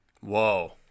Whoa